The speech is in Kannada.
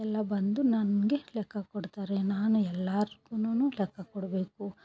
ಎಲ್ಲ ಬಂದು ನನಗೆ ಲೆಕ್ಕ ಕೊಡ್ತಾರೆ ನಾನು ಎಲ್ಲಾರ್ಗುನು ಲೆಕ್ಕ ಕೊಡಬೇಕು